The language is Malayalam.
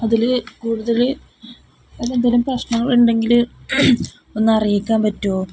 അതില് കൂടുതല് എന്തെങ്കിലും പ്രശ്നങ്ങളുണ്ടെങ്കില് ഒന്ന് അറിയിക്കാൻ പറ്റുമോ